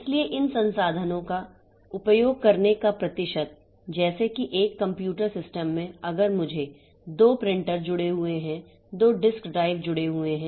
इसलिए इन संसाधनों का उपयोग करने का प्रतिशत जैसे कि एक कंप्यूटर सिस्टम में अगर मुझे दो प्रिंटर जुड़े हुए हैं दो डिस्क ड्राइव जुड़े हुए हैं